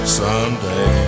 someday